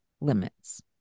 limits